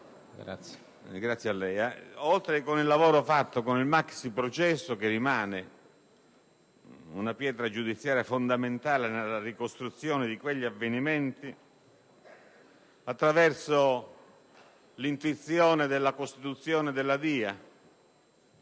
direzione, oltre che con il lavoro fatto con il maxiprocesso - che rimane una pietra giudiziaria fondamentale nella ricostruzione di quegli avvenimenti - attraverso l'intuizione della costituzione della DIA